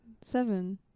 seven